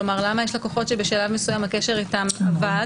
כלומר, למה יש לקוחות שבשלב מסוים הקשר איתם אבד.